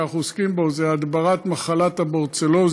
שאנחנו עוסקים בו הוא הדברת מחלת הברוצלוזיס,